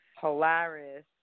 hilarious